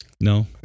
No